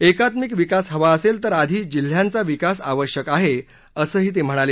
एकात्मिक विकास हवा असेल तर आधी जिल्ह्यांचा विकास आवश्यक आहे असंही ते म्हणाले